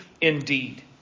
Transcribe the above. indeed